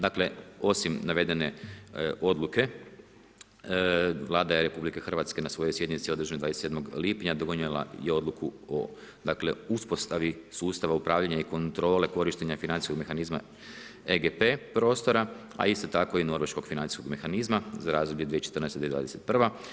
Dakle, osim navedene odluke, Vlada RH je na svojoj sjednici održanoj 27. lipnja donijela je odluku o dakle, uspostavi sustava upravljanja i kontrole korištenja financijskog mehanizma EGP prostora, a isto tako i norveškog financijskog mehanizma za razdoblje 2014-2021.